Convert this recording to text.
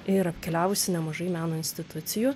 ir apkeliavusi nemažai meno institucijų